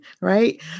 right